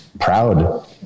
proud